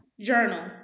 journal